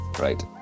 Right